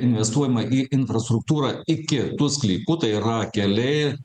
investuojama į infrastruktūrą iki tų sklypų tai yra keli